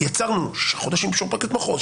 יצרנו ששה חודשים אישור של פרקליט מחוז,